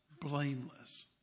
blameless